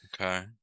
Okay